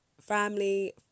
family